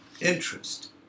interest